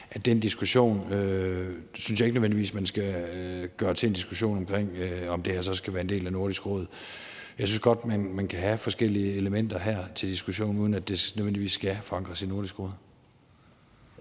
den diskussion synes jeg ikke nødvendigvis man skal gøre til en diskussion om, om det her så skal være en del af Nordisk Råd. Jeg synes godt, at man kan have forskellige elementer til diskussion her, uden at det nødvendigvis skal forankres i Nordisk Råd.